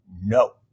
No